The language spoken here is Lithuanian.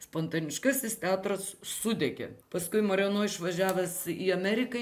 spontaniškasis teatras sudegė paskui mareno išvažiavęs į ameriką